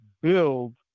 build